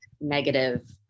negative